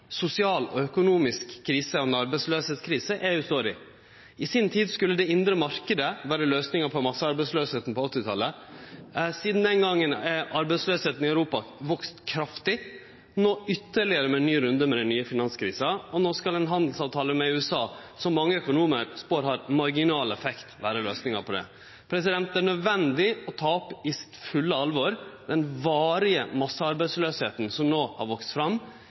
sosial og økonomisk krise og arbeidsløysekrise EU står i. I si tid skulle den indre marknaden vere løysinga på massearbeidsløysa på 1980-talet. Sidan den gongen har arbeidsløysa i Europa vakse kraftig – nå ytterlegare med ein ny runde med den nye finanskrisa – og nå skal ein handelsavtale med USA, som mange økonomar spår har marginal effekt, vere løysinga på det. Det er nødvendig å ta opp i sitt fulle alvor den varige massearbeidsløysa som nå har vakse fram